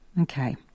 Okay